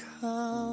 come